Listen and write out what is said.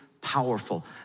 powerful